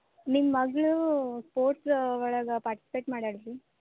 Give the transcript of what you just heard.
ನಿಮ್ಮ ಮಗಳು ಪೊಟ್ಸ್ ಒಳಗ ಪಾಟಿಸಿಪೇಟ್ ಮಾಡ್ಯಾಳ ರೀ